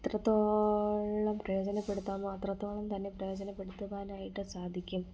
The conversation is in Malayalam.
എത്രത്തോളം പ്രയോജനപ്പെടുത്താമോ അത്രത്തോളം തന്നെ പ്രയോജനപ്പെടുത്തുവാനായിട്ട് സാധിക്കും